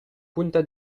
punta